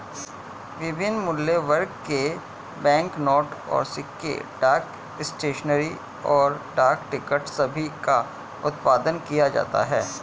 विभिन्न मूल्यवर्ग के बैंकनोट और सिक्के, डाक स्टेशनरी, और डाक टिकट सभी का उत्पादन किया जाता है